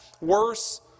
worse